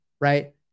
right